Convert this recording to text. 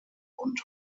und